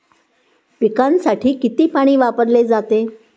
पिकांसाठी किती पाणी वापरले जाते?